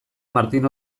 martin